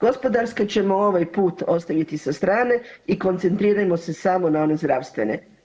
Gospodarske ćemo ovaj put ostaviti sa strane i koncentrirajmo se samo na one zdravstvene.